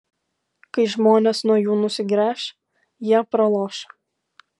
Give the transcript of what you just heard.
kai žmonės nuo jų nusigręš jie praloš